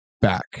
back